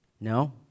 No